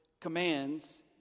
commands